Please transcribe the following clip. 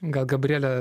gal gabriele